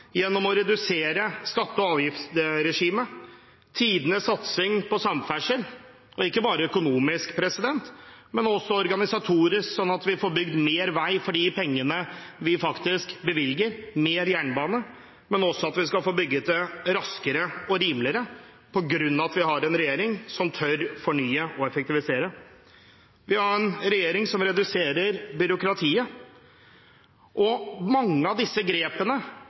gjennom å redusere skatte- og avgiftsregimet, som har tidenes satsing på samferdsel, ikke bare økonomisk, men også organisatorisk, slik at vi får bygd mer vei for de pengene vi bevilger, og mer jernbane. Vi skal også få bygget det raskere og rimeligere, fordi vi har en regjering som tør fornye og effektivisere. Vi har en regjering som reduserer byråkratiet. Mange av disse grepene